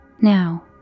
Now